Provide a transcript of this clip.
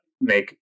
make